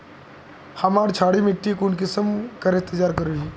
हमार क्षारी मिट्टी कुंसम तैयार करोही?